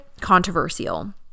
controversial